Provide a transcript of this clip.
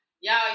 y'all